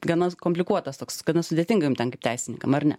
gana komplikuotas toks gana sudėtinga ten kaip teisininkams ar ne